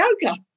yoga